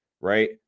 right